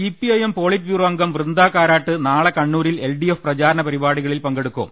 CPIM politburo അംഗം വൃന്ദകാരാട്ട് നാളെ കണ്ണൂ രിൽ എൽഡിഎഫ് പ്രചാരണ പരിപാടികളിൽ പങ്കെടുക്കും